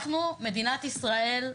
אנחנו מדינת ישראל,